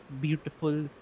beautiful